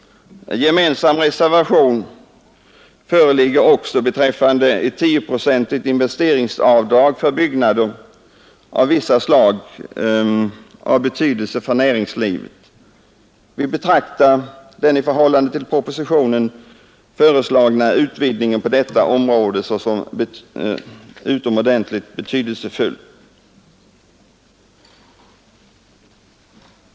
Gemensam reservation föreligger också beträffande ett tioprocentigt investeringsavdrag för byggnader av vissa slag av betydelse för näringslivet. Vi betraktar den föreslagna utvidgningen i förhållande till propositionen på detta område som utomordentligt betydelsefull.